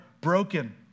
broken